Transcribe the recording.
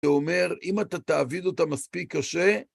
זה אומר, אם אתה תעביד אותה מספיק קשה,